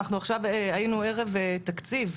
עכשיו היינו ערב התקציב.